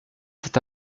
cet